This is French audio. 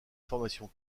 formation